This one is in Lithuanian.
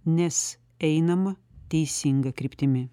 nes einama teisinga kryptimi